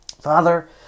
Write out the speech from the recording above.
Father